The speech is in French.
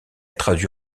traduit